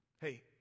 Hey